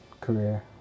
career